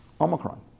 Omicron